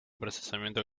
procesamiento